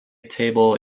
table